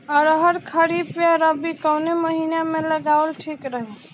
अरहर खरीफ या रबी कवने महीना में लगावल ठीक रही?